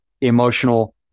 emotional